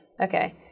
Okay